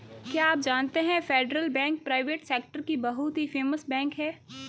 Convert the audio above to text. क्या आप जानते है फेडरल बैंक प्राइवेट सेक्टर की बहुत ही फेमस बैंक है?